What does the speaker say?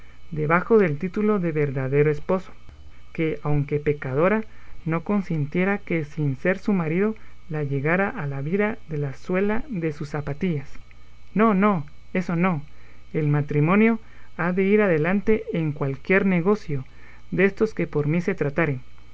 debajo del título de verdadero esposo que aunque pecadora no consintiera que sin ser su marido la llegara a la vira de la suela de sus zapatillas no no eso no el matrimonio ha de ir adelante en cualquier negocio destos que por mí se tratare